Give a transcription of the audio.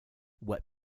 what